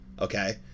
okay